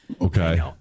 Okay